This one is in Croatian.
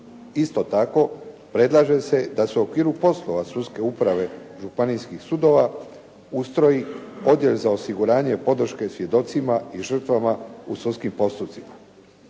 Isto tako, predlaže se da se u okviru poslova sudske uprave županijskih sudova ustroji odjel za osiguranje podrške svjedocima i žrtvama u sudskim postupcima.